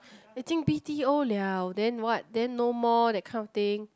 I think B_T_O liao then what then no more that kind of thing